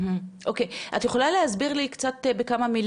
את יכולה להסביר לי בבקשה